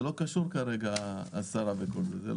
זה לא קשור כרגע לשרה וכל זה.